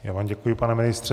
Já vám děkuji, pane ministře.